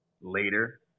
later